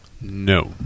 No